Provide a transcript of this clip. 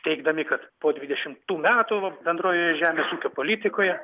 teigdami kad po dvidešimtų metų va bendrojoje žemės ūkio politikoje